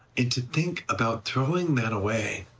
and to think about throwing that away